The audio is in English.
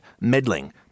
meddling